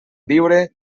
viure